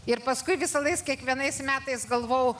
ir paskui visą laiką kiekvienais metais galvojau